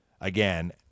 Again